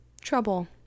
trouble